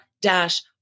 dash